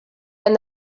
and